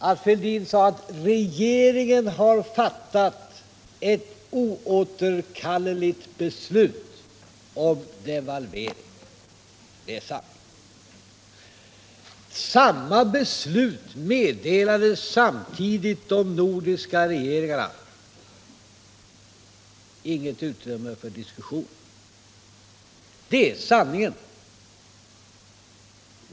Fälldin sade att regeringen hade fattat ett oåterkalleligt beslut om devalvering. Det är sant. Beslutet meddelades samtidigt de nordiska regeringarna. Inget utrymme för diskussion. Det är sanningen.